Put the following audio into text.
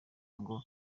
ngo